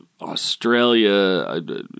Australia